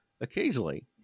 occasionally